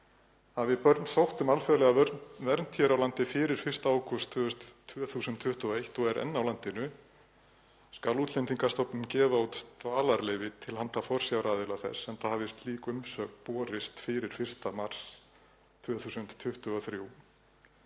„Hafi barn sótt um alþjóðlega vernd hér á landi fyrir 1. ágúst 2021 og er enn á landinu skal Útlendingastofnun gefa út dvalarleyfi til handa forsjáraðila þess enda hafi slík umsókn borist fyrir 1. mars 2023.“